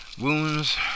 wounds